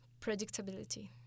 Predictability